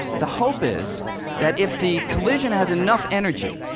the hope is that if the collision has enough energy,